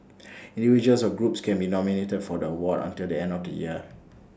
individuals or groups can be nominated for the award until the end of the year